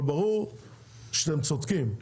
אבל ברור שאתם צודקים.